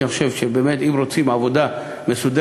כי אני חושב שבאמת אם רוצים עבודה מסודרת,